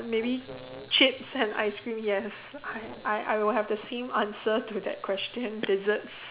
maybe chips and ice cream yes I I would have the same answer to that question desserts